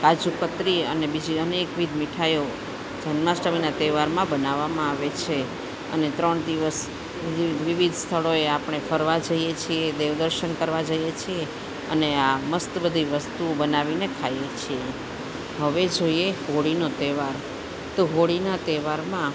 કાજુ કતરી અને બીજી અનેકવિધ મીઠાઈઓ જન્માષ્ટમીના તહેવારમાં બનાવવામાં આવે છે અને ત્રણ દિવસ વિવિધ સ્થળોએ આપણે ફરવા જઈએ છીએ દેવદર્શન કરવા જઈએ છીએ અને આ મસ્ત બધી વસ્તુ બનાવીને ખાઈએ છીએ હવે જોઈએ હોળીનો તહેવાર તો હોળીના તહેવારમાં